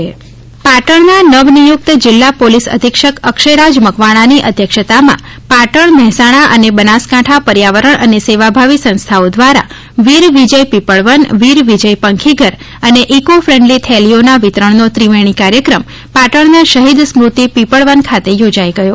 પાટણ પાટણના નવનિયુક્ત જીલ્લા પોલિસ અધિક્ષક અક્ષયરાજ મકવાણાની અધ્યક્ષતામાં પાટણ મહેસાણા અને બનાસકાંઠા પર્યાવરણ અને સેવાભાવી સંસ્થાઓ દ્વારા વીજ વિજય પીપળવન વીર વિજય પંખીઘર અને ઇકો ફેન્ડલી થેલીઓના વિતરણનો ત્રિવેણી કાર્યક્રમ પાટમના શહીદ સ્મૃતિ પીપળવન ખાતે યોજાઇ ગયો